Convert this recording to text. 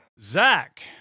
Zach